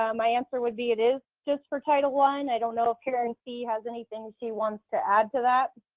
um my answer would be it is just for title one. i don't know if karen seay has anything she wants to add to that.